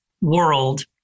world